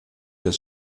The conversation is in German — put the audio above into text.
des